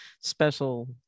special